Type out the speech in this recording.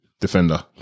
defender